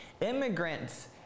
Immigrants